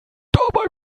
dabei